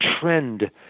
trend